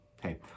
Hey